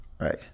Right